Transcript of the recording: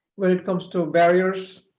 when it comes to barriers